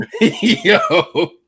Yo